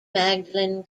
magdalen